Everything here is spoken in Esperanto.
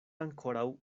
ankoraŭ